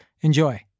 Enjoy